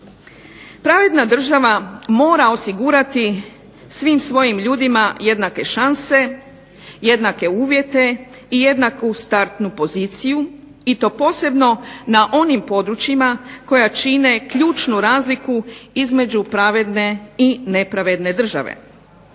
Pravedna država mora osigurati svim svojim ljudima jednake šanse, jednake uvjete i jednaku startnu poziciju, i to posebno na onim područjima koja čine ključnu razliku između pravedne i nepravedne države.